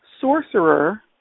sorcerer